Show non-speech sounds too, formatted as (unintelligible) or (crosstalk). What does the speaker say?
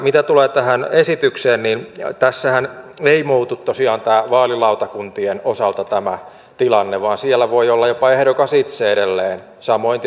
mitä tulee tähän esitykseen niin tässähän ei muutu tosiaan vaalilautakuntien osalta tämä tilanne vaan siellä voi olla jopa ehdokas itse edelleen samoin (unintelligible)